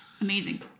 amazing